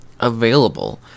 Available